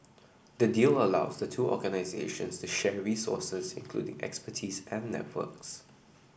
the deal allows the two organisations to share resources including expertise and networks